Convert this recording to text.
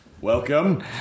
Welcome